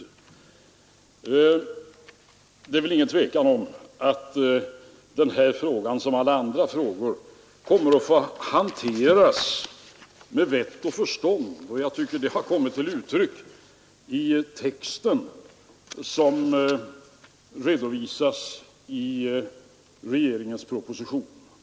Det råder väl inget tvivel om att denna fråga liksom alla andra frågor kommer att få hanteras med vett och förstånd, och jag tycker att det har kommit till uttryck i propositionen.